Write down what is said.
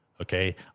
okay